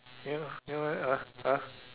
ya ya ah ah